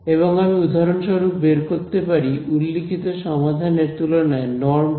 এবং আমি উদাহরণস্বরূপ বের করতে পারি উল্লিখিত সমাধানের তুলনায় নরম কি